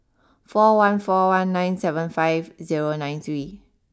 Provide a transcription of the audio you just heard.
four one four one nine seven five zero nine three